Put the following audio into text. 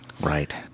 Right